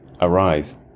Arise